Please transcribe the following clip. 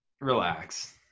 relax